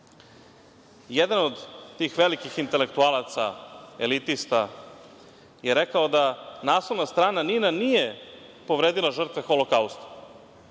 od tih velikih intelektualaca elitista je rekao da naslovna strana „NIN-a“ nije povredila žrtve Holokausta.